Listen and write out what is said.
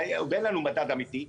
ועוד אין לנו מדד אמיתי,